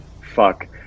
Fuck